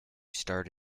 starred